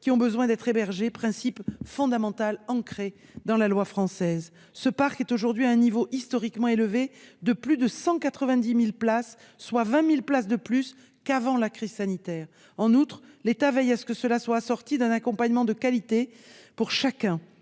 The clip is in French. ayant besoin d'être hébergées, principe fondamental ancré dans la loi française. Ce parc atteint aujourd'hui un niveau historiquement élevé : il dépasse désormais les 190 000 places, ce qui représente 20 000 places de plus qu'avant la crise sanitaire. En outre, l'État veille à ce que cette politique soit assortie d'un accompagnement de qualité pour chacun,